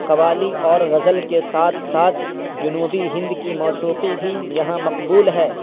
قوالی اور غزل کے ساتھ ساتھ جنوبی ہند کی موسیقی بھی یہاں مقبول ہے